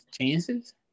chances